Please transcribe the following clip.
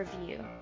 review